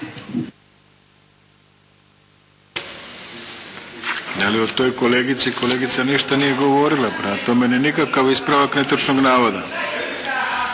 o toj kolegici kolegica ništa nije govorila. Prema tome nije nikakav ispravak netočnog navoda.